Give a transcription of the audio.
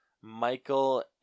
Michael